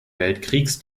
weltkriegs